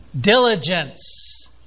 diligence